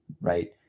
right